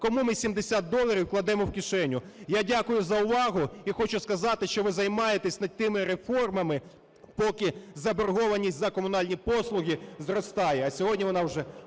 Кому ми 70 доларів кладемо в кишеню? Я дякую за увагу. І хочу сказати, що ви займаєтесь не тими реформами, поки заборгованість за комунальні послуги зростає.